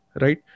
right